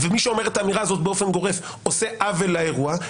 ומי שאומר את האמירה הזאת באופן גורף עושה עוול לאירוע.